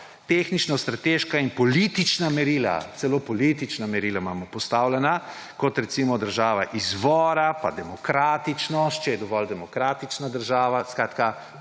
tehnično, strateška in politična merila. Celo politična merila imamo postavljena, kot recimo, država izvora in demokratičnost, če je dovolj demokratična država. Skratka,